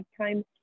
time